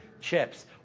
chips